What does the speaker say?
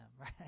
right